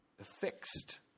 fixed